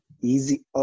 easy